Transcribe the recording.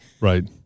Right